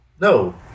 no